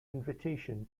invitation